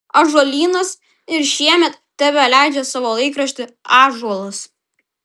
ąžuolynas ir šiemet tebeleidžia savo laikraštį ąžuolas